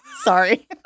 Sorry